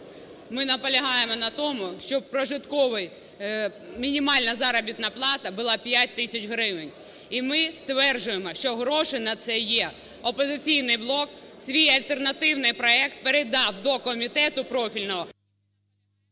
Ми наполягаємо на тому, щоб прожитковий, мінімальна заробітна плата була 5 тисяч гривень і ми стверджуємо, що гроші на це є. "Опозиційний блок" свій альтернативний проект передав до комітету профільного…